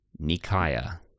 Nikaya